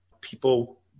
people